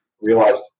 Realized